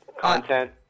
content